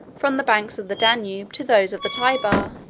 from the banks of the danube to those of the tyber,